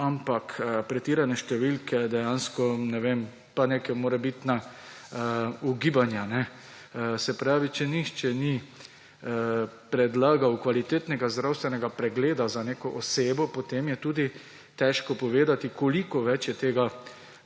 ampak pretirane številke pa neka morebitna ugibanja – če nihče ni predlagal kvalitetnega zdravstvenega pregleda za neko osebo, potem je tudi težko povedati, koliko več je tega